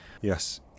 Yes